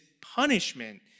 punishment